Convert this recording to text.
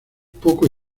poco